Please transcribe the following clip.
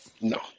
No